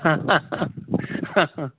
हँ हँ हँ हँ